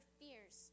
fears